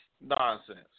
nonsense